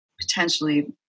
potentially